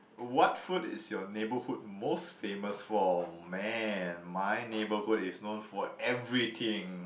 what food is your neighbourhood most famous for man my neighbourhood is known for everything